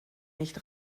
nicht